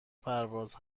پرواز